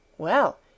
Well